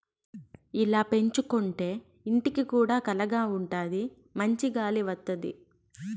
ఇలా పెంచుకోంటే ఇంటికి కూడా కళగా ఉంటాది మంచి గాలి వత్తది